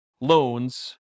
loans